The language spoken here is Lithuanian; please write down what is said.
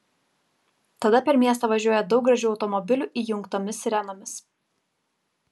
tada per miestą važiuoja daug gražių automobilių įjungtomis sirenomis